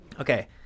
Okay